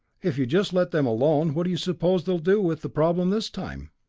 if you just let them alone, what do you suppose they'll do with the problem this time?